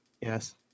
Yes